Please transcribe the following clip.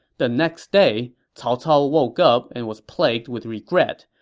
the next day, cao cao woke up and was plagued with regret,